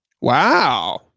wow